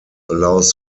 allows